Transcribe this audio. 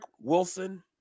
Wilson